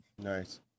nice